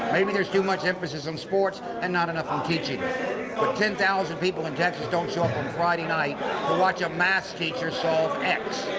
maybe there's too much emphasis on sports and not enough on teaching. but ten thousand people in texas don't show up on friday night to watch a maths teacher solve x.